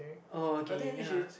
uh okay okay ya ya